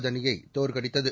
அணி அணியை தோற்கடித்தது